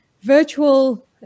virtual